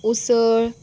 उसळ